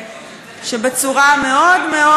שבצורה מאוד מאוד,